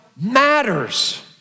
matters